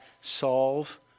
solve